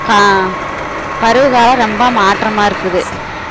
க பருவ காலம் ரொம்ப மாற்றமாக இருக்குது